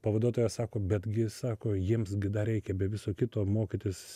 pavaduotoja sako betgi sako jiems gi dar reikia be viso kito mokytis